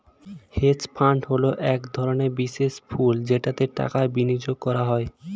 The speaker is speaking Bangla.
হেজ ফান্ড হলো এক ধরনের বিশেষ পুল যেটাতে টাকা বিনিয়োগ করা হয়